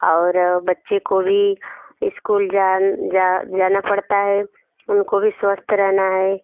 और बच्चे को भी इस्कूल जा जा जाना पड़ता है उनको भी स्वस्थ रहना है